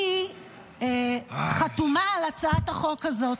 אני חתומה על הצעת החוק הזאת.